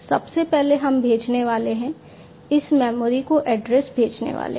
सबसे पहले हम भेजने वाले हैं इस मेमोरी को एड्रेस भेजने वाले हैं